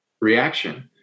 reaction